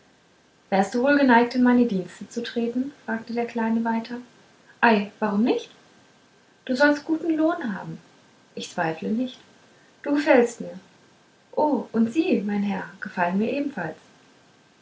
wärest du wohl geneigt in meine dienste zu treten fragte der kleine weiter ei warum nicht du sollst guten lohn haben ich zweifle nicht du gefällst mir o und sie mein herr gefallen mir ebenfalls